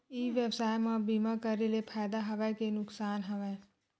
ई व्यवसाय म बीमा करे ले फ़ायदा हवय के नुकसान हवय?